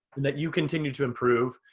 that you continued to improve.